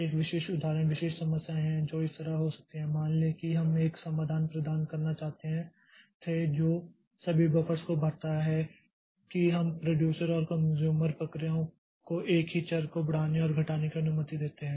एक विशिष्ट उदाहरण विशिष्ट समस्याएं हैं जो इस तरह हो सकती हैं मान लें कि हम एक समाधान प्रदान करना चाहते थे जो सभी बफ़र्स को भरता है कि हम प्रोड्यूसर और कन्ज़्यूमर प्रक्रियाओं को एक ही चर को बढ़ाने और घटाने की अनुमति देते हैं